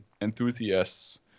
enthusiasts